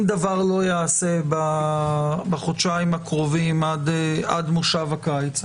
אם דבר לא ייעשה בחודשיים הקרובים עד מושב הקיץ,